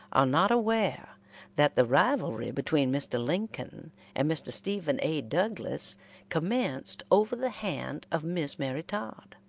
are not aware that the rivalry between mr. lincoln and mr. stephen a. douglas commenced over the hand of miss mary todd.